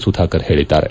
ಸುಧಾಕರ್ ಹೇಳಿದ್ದಾರೆ